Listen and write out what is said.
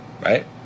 right